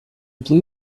blue